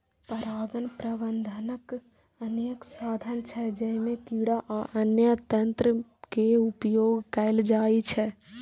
परागण प्रबंधनक अनेक साधन छै, जइमे कीड़ा आ अन्य तंत्र के उपयोग कैल जाइ छै